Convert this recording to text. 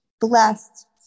blessed